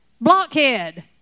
Blockhead